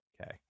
Okay